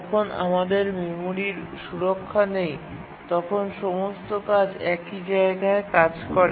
যখন আমাদের মেমরির সুরক্ষা নেই তখন সমস্ত কাজ একই জায়গায় কাজ করে